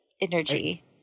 energy